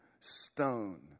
stone